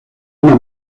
una